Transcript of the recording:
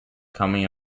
coming